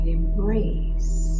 embrace